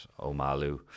omalu